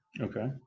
Okay